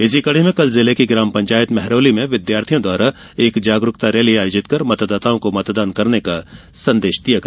इसी कड़ी में कल जिले की ग्राम पंचायत महरौली में विद्यार्थियों द्वारा एक जागरूकता रैली आयोजित कर मतदाताओं को मतदान करने का संदेश दिया गया